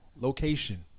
location